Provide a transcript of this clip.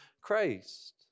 Christ